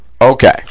Okay